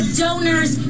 donors